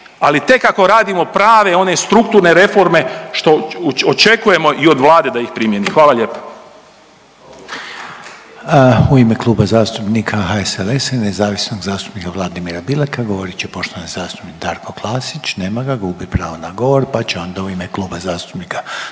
ali tek ako radimo prave one strukturne reforme što očekujemo i od Vlade da ih primjeni. Hvala lijepo. **Reiner, Željko (HDZ)** U ime Kluba zastupnika HSLS-a i nezavisnog zastupnika Vladimira Bileka govorit će poštovani zastupnik Darko Klasić. Nema ga, gubi pravo na govor pa će onda u ime Kluba zastupnika